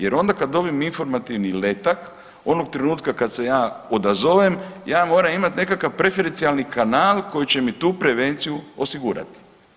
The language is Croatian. Jer onda kad dobim informativni letak, onog trenutka kada se ja odazovem ja moram imati nekakav preferencijalni kanal koji će mi tu prevenciju osigurati.